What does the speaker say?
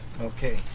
Okay